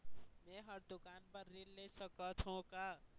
मैं हर दुकान बर ऋण ले सकथों का?